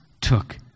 took